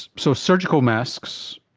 so, surgical masks,